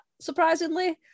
surprisingly